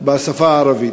בשפה הערבית.